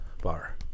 bar